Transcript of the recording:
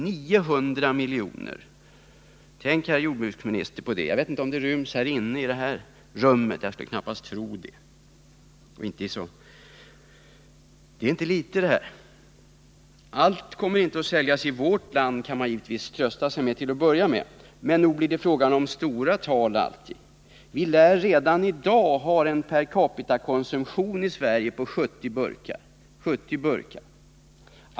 Jag vet inte om ett så stort antal burkar skulle rymmas här i plenisalen, men jag skulle knappast tro det. Det är alltså inte fråga om några småposter. Man kan förstås till att börja med trösta sig med att allt inte kommer att säljas i vårt land — men nog blir det fråga om stora tal. Vi lär redan i dag ha en percapitakonsumtion i Sverige på 70 burkar.